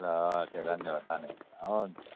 ल त धन्यवाद धन्यवाद हुन्छ